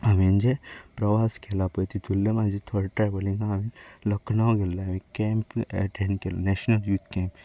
हांवें जे प्रवास केला पळय तेतूंतलें म्हजें थोंडें ट्रेवलींग लखनव गेल्ले एक केंप एटेंड केल्ले नेशनल यूथ केंप